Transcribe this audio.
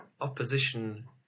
opposition